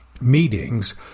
meetings